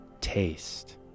Taste